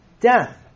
death